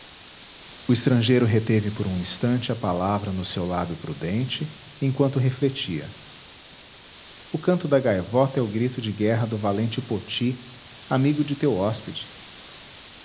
o estrangeiro reteve por um instante a palavra no seu lábio prudente enquanto refletia o canto da gaivota é o grito de guerra do valente poti amigo de